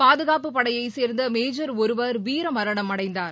பாதுகாப்புப் படையை சேர்ந்த மேஜர் ஒருவர் வீரமரணம் அடைந்தார்